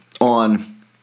on